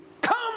come